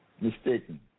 mistaken